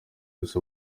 gusa